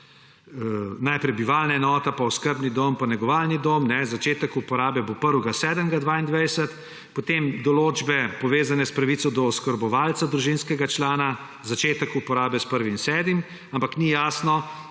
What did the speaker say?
najprej bivalna enota, oskrbni dom, negovalni dom, začetek uporabe bo 1. 7. 2022, potem določbe, povezane s pravico do oskrbovalca družinskega člana, začetek uporabe s 1. 7., ampak ni jasno,